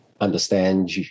understand